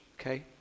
okay